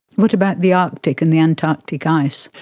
what about the arctic and the antarctic ice?